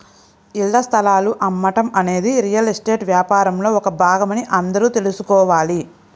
ఇళ్ల స్థలాలు అమ్మటం అనేది రియల్ ఎస్టేట్ వ్యాపారంలో ఒక భాగమని అందరూ తెల్సుకోవాలి